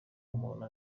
umuntu